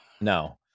No